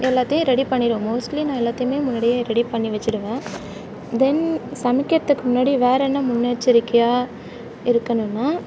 எல்லாத்தையும் ரெடி பண்ணிருவேன் மோஸ்ட்லி நான் எல்லாத்தையுமே முன்னாடியே ரெடி பண்ணி வெச்சுடுவேன் தென் சமைக்கிறத்துக்கு முன்னாடி வேறு என்ன முன்னெச்சரிக்கையாக இருக்கணும்னா